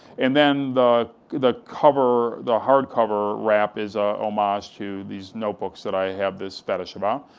and then the the cover, the hardcover wrap is a homage to these notebooks that i have this fetish about.